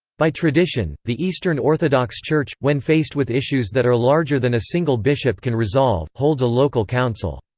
by tradition, the eastern orthodox church, when faced with issues that are larger than a single bishop can resolve, holds a local council.